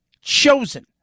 chosen